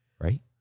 right